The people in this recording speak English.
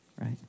Right